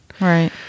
Right